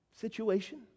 situation